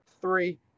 three